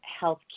health